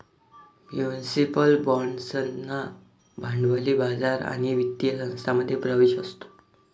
municipal बाँड्सना भांडवली बाजार आणि वित्तीय संस्थांमध्ये प्रवेश असतो